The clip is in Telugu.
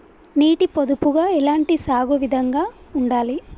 నీటి పొదుపుగా ఎలాంటి సాగు విధంగా ఉండాలి?